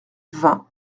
vingt